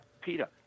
Peter